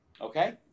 okay